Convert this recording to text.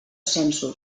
sensu